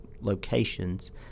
locations